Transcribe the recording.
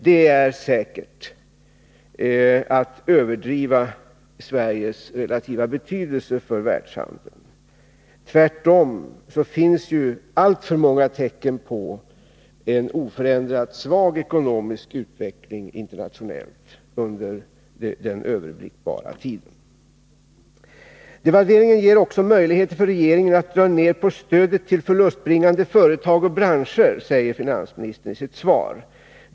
Detta är säkert att överdriva Sveriges relativa betydelse för världshandeln. Tvärtom finns det ju alltför många tecken på en oförändrat svag ekonomisk utveckling internationellt under den överblickbara tiden. Devalveringen ger också möjligheter för regeringen att dra ner på stödet till förlustbringande företag och branscher, säger finansministern i sitt svar.